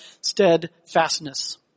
steadfastness